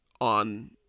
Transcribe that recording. on